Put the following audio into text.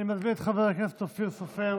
אני מזמין את חבר הכנסת אופיר סופר,